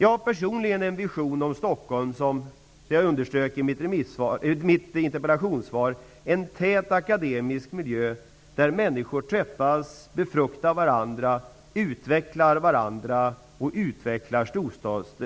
Jag har personligen en vision om Stockholm -- som jag underströk i mitt interpellationssvar -- som en tät akademisk miljö där människor träffas, befruktar varandras tankar och utvecklar